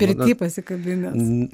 pirty pasikabinęs